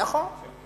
נכון.